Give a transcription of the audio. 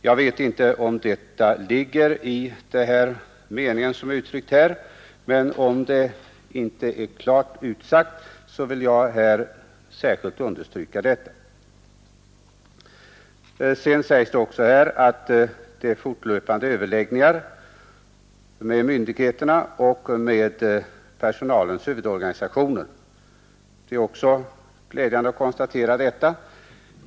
Jag vet inte om detta är innefattat i den mening som jag nyss refererade, men om det inte är klart utsagt, vill jag här särskilt understyka behovet av detta. Det sägs också att det förekommer fortlöpande överläggningar med myndigheterna och med personalens huvudorganisationer. Det är glädjande att konstatera detta.